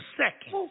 second